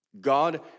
God